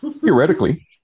Theoretically